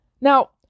Now